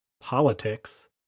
politics